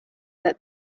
that